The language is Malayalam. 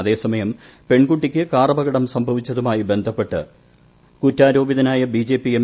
അതേസമയം പെൺകുട്ടിക്ക് കാറപകടം സംഭവിച്ചതുമായി ബന്ധപ്പെട്ട് കുറ്റാരോപിതനായ ബിജെപി എം